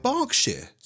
Berkshire